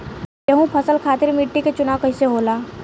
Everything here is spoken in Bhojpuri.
गेंहू फसल खातिर मिट्टी के चुनाव कईसे होला?